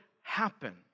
happen